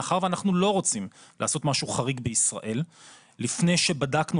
מאחר שאנחנו לא רוצים לעשות משהו חריג בישראל לפני שבדקנו